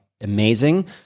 amazing